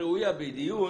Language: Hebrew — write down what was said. להיות פעילים,